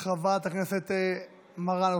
חברת הכנסת מראענה,